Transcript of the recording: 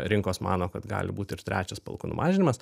rinkos mano kad gali būt ir trečias palūkanų mažinimas